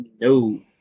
no